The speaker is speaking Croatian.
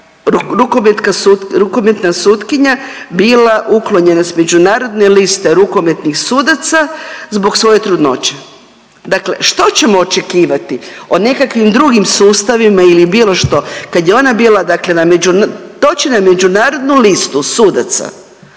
rukometna sutkinja bila uklonjena s Međunarodne liste rukometnih sudaca zbog svoje trudnoće. Dakle, što ćemo očekivati o nekakvim drugim sustavima ili bilo što kad je ona bila dakle na, doći na Međunarodnu listu sudaca